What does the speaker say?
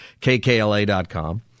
KKLA.com